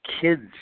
kids